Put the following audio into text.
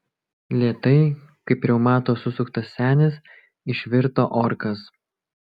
lėtai kaip reumato susuktas senis išvirto orkas